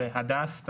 והדס,